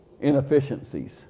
inefficiencies